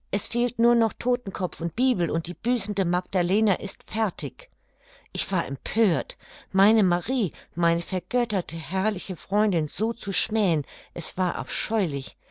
es fehlt nur todtenkopf und bibel und die büßende magdalena ist fertig ich war empört meine marie meine vergötterte herrliche freundin so zu schmähen es war